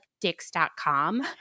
dicks.com